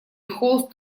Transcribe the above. холст